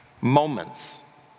Moments